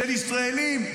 של ישראלים,